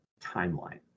timeline